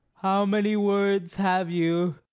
how many words have you?